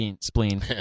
spleen